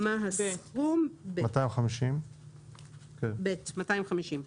ב' 250 שקלים.